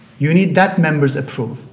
you need that member's approval.